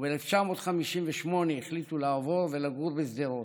וב-1958 החליטו לעבור לגור בשדרות.